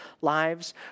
lives